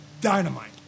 Dynamite